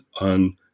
on